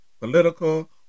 political